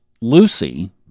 Lucy